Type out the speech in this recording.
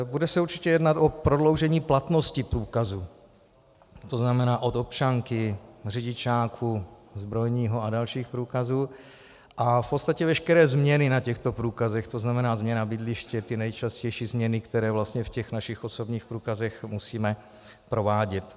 Bude se určitě jednat o prodloužení platnosti průkazu, tzn. od občanky, řidičáku, zbrojního a dalších průkazů, a v podstatě veškeré změny na těchto průkazech, tzn. změna bydliště, ty nejčastější změny, které v těch našich osobních průkazech musíme provádět.